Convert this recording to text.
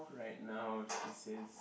right now she says